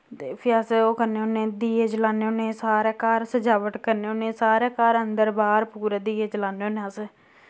ते फ्ही अस ओह् करने होने दिये जलाने होन्ने सारै घर सज़ाबट करने होने सारै घर अंदर बाह्र दीए जलाने होन्ने सारै अस